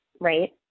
right